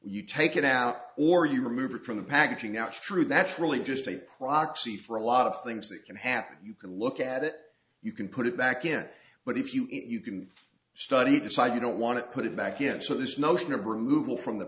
you take it out or you remove it from the packaging out true that's really just a proxy for a lot of things that can happen you can look at it you can put it back in but if you eat you can study decide you don't want to put it back in so this notion of removal from the